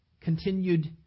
continued